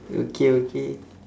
okay okay